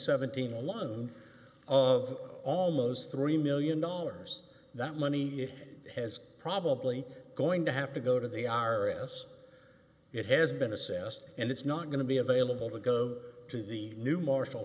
seventeen a line of almost three million dollars that money has probably going to have to go to the r s it has been assessed and it's not going to be available to go to the new marshall